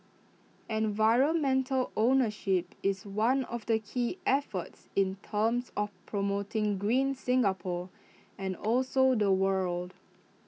environmental ownership is one of the key efforts in terms of promoting green Singapore and also the world